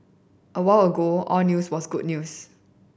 a while ago all news was good news